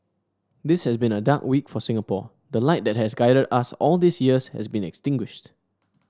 this has been a dark week for Singapore the light that has guided us all these years has been extinguished